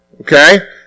okay